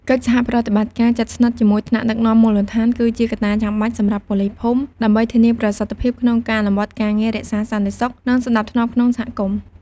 កិច្ចសហប្រតិបត្តិការជិតស្និទ្ធជាមួយថ្នាក់ដឹកនាំមូលដ្ឋាន គឺជាកត្តាចាំបាច់ សម្រាប់ប៉ូលីសភូមិ ដើម្បីធានាប្រសិទ្ធភាពក្នុងការអនុវត្តការងាររក្សាសន្តិសុខ និងសណ្ដាប់ធ្នាប់ក្នុងសហគមន៍។